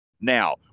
Now